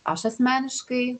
aš asmeniškai